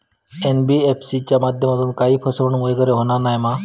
NBFC च्या माध्यमातून काही फसवणूक वगैरे होना नाय मा?